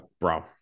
Bro